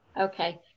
Okay